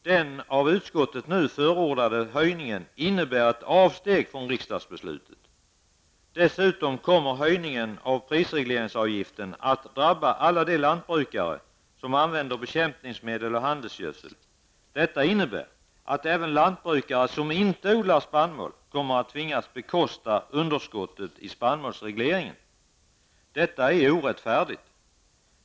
Den av utskottet nu förordade höjningen innebär ett avsteg från riksdagsbeslutet. Dessutom kommer höjningen av prisregleringsavgiften att drabba alla de lantbrukare som använder bekämpningsmedel och handelsgödsel. Detta innebär att även lantbrukare som inte odlar spannmål kommer att tvingas bekosta underskottet i spannmålsregleringen. Detta är orättfärdigt.